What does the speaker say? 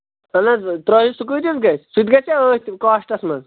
تَلہٕ حظ ترٲیِو سُہ کۭتِس گژھِ سُہ تہِ گژھیٛا أتھۍ کاسٹَس منٛز